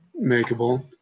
makeable